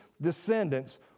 descendants